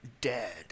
dead